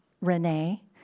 Renee